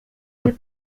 the